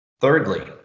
Thirdly